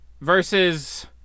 versus